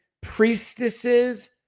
priestesses